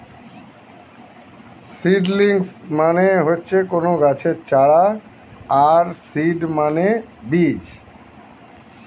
seedlings মানে হচ্ছে কোনো গাছের চারা আর সিড মানে বীজ